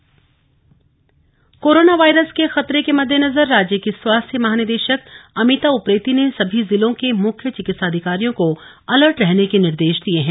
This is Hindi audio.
कोरोना अलर्ट कोरोना वायरस के खतरे के मददेनजर राज्य की स्वास्थ्य महानिदे ाक अभिता उप्रेती ने सभी जिलों के मुख्य विकित्सा अधिकारियों को अलर्ट रहने के निर्देश दिए हैं